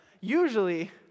Usually